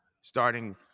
starting